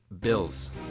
Bills